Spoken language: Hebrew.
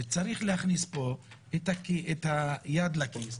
שצריך להכניס פה את היד לכיס.